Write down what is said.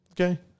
Okay